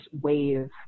wave